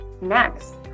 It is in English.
Next